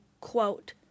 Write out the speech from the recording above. quote